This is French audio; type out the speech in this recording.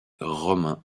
romain